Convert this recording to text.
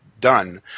done